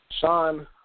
Sean